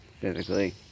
physically